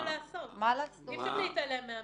אין מה לעשות, אי אפשר להתעלם מהמציאות.